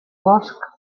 bosc